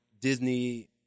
Disney